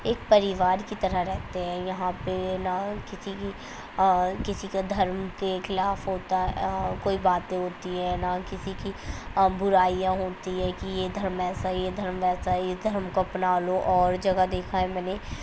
ایک پریوار کی طرح رہتے ہیں یہاں پہ یہ نہ کسی کی کسی کے دھرم کے خلاف ہوتا ہے اور کوئی باتیں ہوتی ہیں نہ کسی برائیاں ہوتی ہیں کہ یہ دھرم ایسا ہے یہ دھرم ویسا ہے اس دھرم کو اپنا لو اور ایک جگہ دیکھا ہے میں نے